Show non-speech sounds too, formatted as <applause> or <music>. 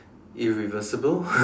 irreversible <laughs>